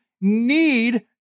need